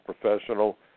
professional